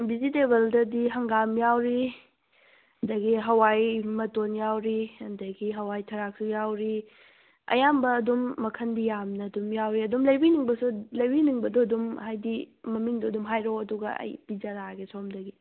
ꯚꯦꯖꯤꯇꯦꯕꯜꯗꯗꯤ ꯍꯪꯒꯥꯝ ꯌꯥꯎꯔꯤ ꯑꯗꯒꯤ ꯍꯋꯥꯏ ꯃꯇꯣꯟ ꯌꯥꯎꯔꯤ ꯑꯗꯒꯤ ꯍꯋꯥꯏ ꯊꯔꯥꯛꯁꯨ ꯌꯥꯎꯔꯤ ꯑꯌꯥꯝꯕ ꯑꯗꯨꯝ ꯃꯈꯟꯗꯤ ꯌꯥꯝꯅ ꯑꯗꯨꯝ ꯌꯥꯎꯋꯤ ꯑꯗꯨꯝ ꯂꯩꯕꯤꯅꯤꯡꯕꯁꯨ ꯂꯩꯕꯤꯅꯤꯡꯕꯗꯣ ꯑꯗꯨꯝ ꯍꯥꯏꯗꯤ ꯃꯃꯤꯡꯗꯣ ꯑꯗꯨꯝ ꯍꯥꯏꯔꯛꯑꯣ ꯑꯗꯨꯒ ꯑꯩ ꯄꯤꯖꯔꯛꯑꯒꯦ ꯁꯣꯝꯗꯒꯤ